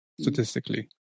statistically